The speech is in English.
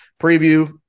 preview